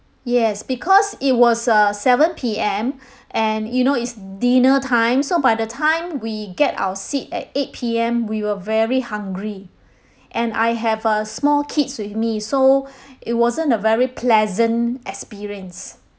yes because it was uh seven P_M and you know it's dinner time so by the time we get our seat at eight P_M we were very hungry and I have uh small kids with me so it wasn't a very pleasant experience